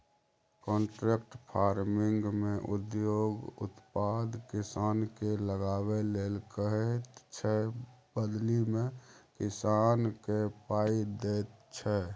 contract फार्मिंगमे उद्योग उत्पाद किसानकेँ लगाबै लेल कहैत छै बदलीमे किसानकेँ पाइ दैत छै